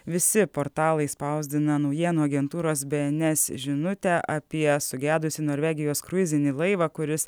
visi portalai spausdina naujienų agentūros bns žinutę apie sugedusį norvegijos kruizinį laivą kuris